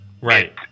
right